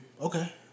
okay